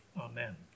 Amen